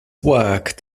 work